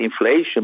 inflation